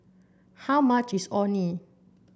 how much is Orh Nee